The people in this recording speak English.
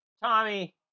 Tommy